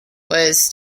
was